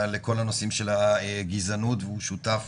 לכל הנושאים של הגזענות והוא שותף